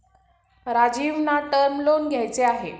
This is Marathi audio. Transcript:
राजीवना टर्म लोन घ्यायचे आहे